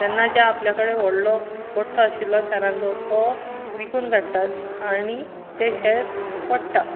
तेन्ना जे आपल्या कडेन व्हडलो गोठ्ठो आशिल्या शॅरांचो तो विकून काडटात आनी ते शेयर पडटात